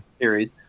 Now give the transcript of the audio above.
series